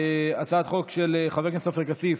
הצעת החוק של חבר הכנסת עופר כסיף